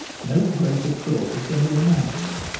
no greater cruelty can be imagined.